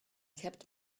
kept